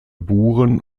buren